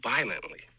violently